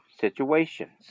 situations